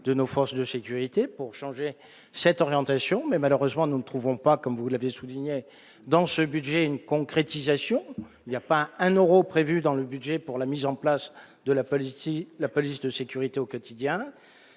de nos forces de sécurité pour changer cette orientation mais malheureusement nous ne trouvons pas comme vous l'avez souligné dans ce budget, une concrétisation, il y a pas un Euro prévu dans le budget pour la mise en place de la politique, la police de sécurité au quotidien,